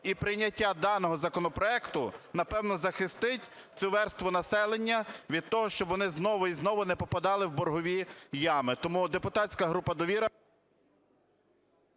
І прийняття даного законопроекту, напевно, захистить цю верству населення від того, щоб вони знову і знову не попадали в боргові ями. Тому депутатська група "Довіра"…